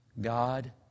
God